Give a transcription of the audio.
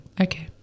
okay